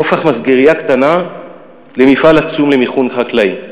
הוא הפך מסגרייה קטנה למפעל עצום למיכון חקלאי.